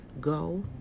Go